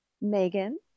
Megan